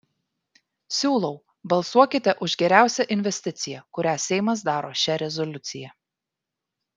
siūlau balsuokite už geriausią investiciją kurią seimas daro šia rezoliucija